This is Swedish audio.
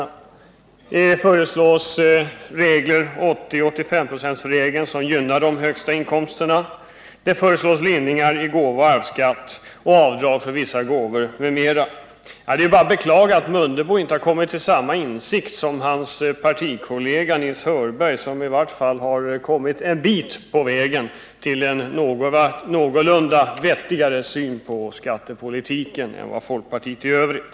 Det föreslås marginalskattetak på 80-85 96, vilket gynnar höginkomsttagarna. Det föreslås vidare lindring i gåvooch arvsskatten, avdrag för vissa gåvor m.m. Det är bara att beklaga att Ingemar Mundebo inte har kommit till samma insikt som sin partikollega Nils Hörberg, som i varje fall har kommit en bit på vägen till en något vettigare syn på skattepolitiken än folkpartiet i övrigt.